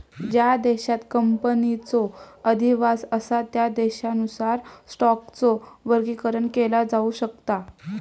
ज्या देशांत कंपनीचो अधिवास असा त्या देशानुसार स्टॉकचो वर्गीकरण केला जाऊ शकता